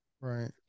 right